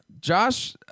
Josh